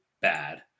bad